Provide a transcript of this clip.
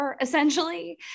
essentially